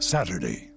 Saturday